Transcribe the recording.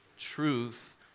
truth